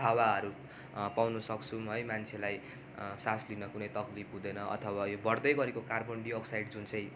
हावाहरू पाउन सक्छौँ है मान्छेलाई सास लिन कुनै तकलिफ हुँदैन अथवा यो बढ्दै गरको कार्बनडाइअक्साइड जुन चाहिँ